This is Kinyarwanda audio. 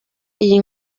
iyi